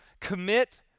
commit